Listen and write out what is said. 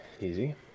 easy